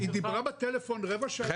היא דיברה בטלפון רבע שעה --- לא נכון.